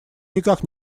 никак